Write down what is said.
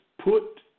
put